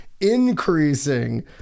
increasing